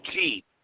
cheap